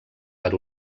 per